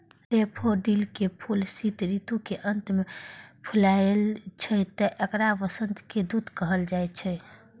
daffodil के फूल शीत ऋतु के अंत मे फुलाय छै, तें एकरा वसंतक दूत कहल जाइ छै